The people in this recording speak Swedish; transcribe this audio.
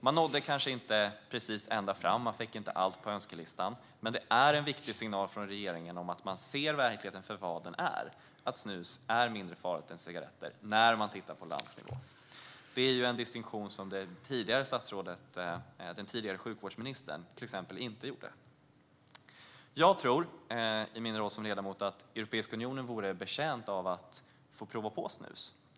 Man nådde kanske inte riktigt ända fram och fick inte allt på önskelistan, men det är en viktig signal från regeringen om att man ser verkligheten för vad den är: att snus är mindre farligt än cigaretter när man tittar på landsnivå. Detta är en distinktion som till exempel den tidigare sjukvårdsministern inte gjorde. Jag tror, i min roll som ledamot, att Europeiska unionen vore betjänt av att få prova på snus.